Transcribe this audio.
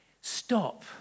Stop